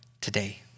today